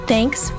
Thanks